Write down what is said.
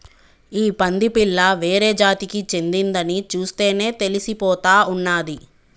ఈ పంది పిల్ల వేరే జాతికి చెందిందని చూస్తేనే తెలిసిపోతా ఉన్నాది